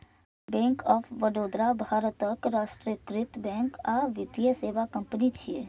bank of Baroda भारतक राष्ट्रीयकृत bank आ वित्तीय सेवा कंपनी छियै